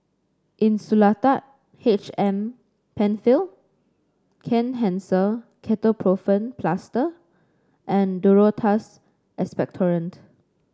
Insulatard H M Penfill Kenhancer Ketoprofen Plaster and Duro Tuss Expectorant